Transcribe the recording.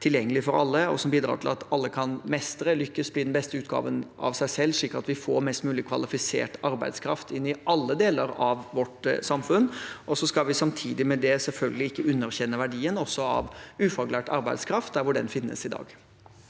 tilgjengelig for alle, og som bidrar til at alle kan mestre, lykkes og bli den beste utgaven av seg selv, slik at vi får mest mulig kvalifisert arbeidskraft inn i alle deler av vårt samfunn. Samtidig med det skal vi selvfølgelig ikke underkjenne verdien av ufaglært arbeidskraft, der hvor den finnes i dag.